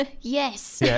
yes